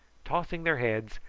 tossing their heads,